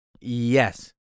Yes